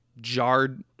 jarred